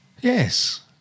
Yes